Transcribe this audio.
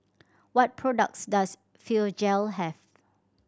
what products does Physiogel have